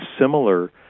similar